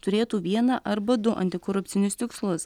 turėtų vieną arba du antikorupcinius tikslus